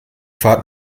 fahrt